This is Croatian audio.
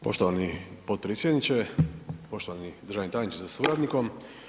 Poštovani potpredsjedniče, poštovani državni tajniče sa suradnikom.